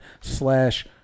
slash